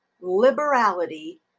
liberality